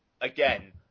again